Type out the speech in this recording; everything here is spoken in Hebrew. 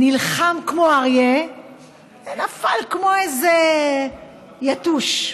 נלחם כמו אריה ונפל כמו איזה יתוש.